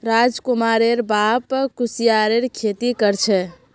राजकुमारेर बाप कुस्यारेर खेती कर छे